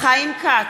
חיים כץ,